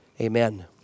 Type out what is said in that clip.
Amen